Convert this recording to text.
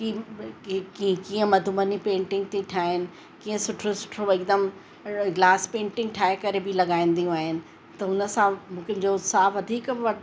कि कि कीअं मधुबनी पेंटिंग थी ठाहीनि कीअं सुठो सुठो एकदम ग्लास पेंटिंग ठाहे करे बि लॻाईंदियूं आहिनि त उनसां मुंहिंजो उत्साह वधीक